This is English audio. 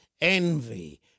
envy